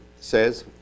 says